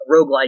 Roguelike